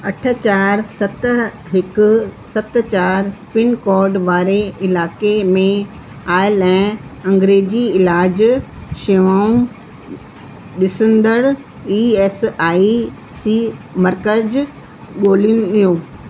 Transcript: अठ चारि सत हिकु सत चारि पिनकोड वारे इलाइक़े में आयल अंग्रेज़ी इलाजु शेवाऊं ॾिसंदड़ ई एस आई सी मर्कज़ ॻोल्हियो